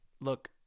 Look